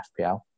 FPL